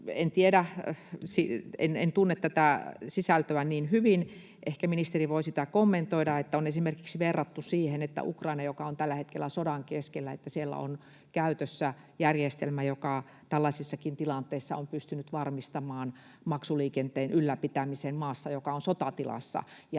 en tunne tätä sisältöä niin hyvin. Ehkä ministeri voi sitä kommentoida. On esimerkiksi verrattu Ukrainaan, joka on tällä hetkellä sodan keskellä, että siellä on käytössä järjestelmä, joka tällaisissakin tilanteissa on pystynyt varmistamaan maksuliikenteen ylläpitämisen maassa, joka on sotatilassa,